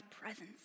presence